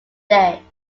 day